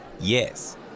Yes